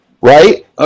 right